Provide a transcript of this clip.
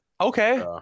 Okay